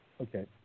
okay